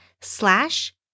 slash